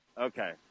okay